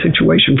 situation